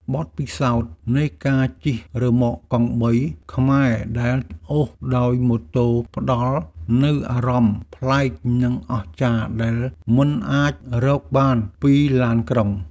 បទពិសោធន៍នៃការជិះរ៉ឺម៉កកង់បីខ្មែរដែលអូសដោយម៉ូតូផ្តល់នូវអារម្មណ៍ប្លែកនិងអស្ចារ្យដែលមិនអាចរកបានពីឡានក្រុង។